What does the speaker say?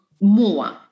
more